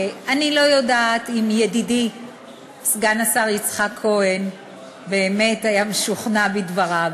אני לא יודעת אם ידידי סגן השר יצחק כהן באמת היה משוכנע בדבריו,